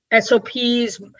SOPs